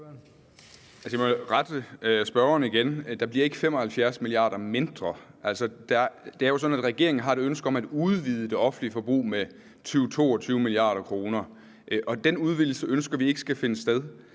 Jeg må rette spørgeren igen. Der bliver ikke 75 mia. kr. mindre. Altså, det er jo sådan, at regeringen har et ønske om at udvide det offentlige forbrug med 20-22 mia. kr., og den udvidelse ønsker vi ikke skal finde sted.